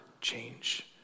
change